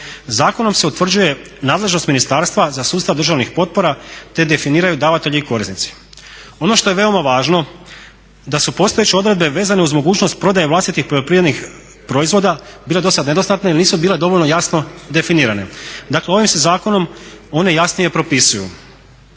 Zakonom se utvrđuje nadležnost ministarstva za sustav državnih potpora te definiraju davatelji i korisnici. Ono što je veoma važno da su postojeće odredbe vezane uz mogućnost prodaje vlastitih poljoprivrednih proizvoda bile dosad nedostatne jer nisu bile dovoljno jasno definirane. Dakle, ovim se zakonom one jasnije propisuju.